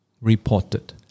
Reported